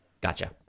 Gotcha